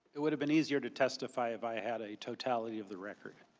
it would have been easier to testify if i had a totality of the record.